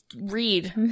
read